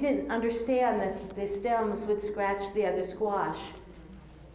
didn't understand that their arms would scratch the other squash